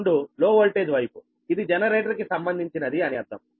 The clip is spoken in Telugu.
2 లో వోల్టేజ్ వైపు ఇది జనరేటర్ కి సంబంధించినది అని అర్థం